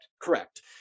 Correct